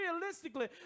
realistically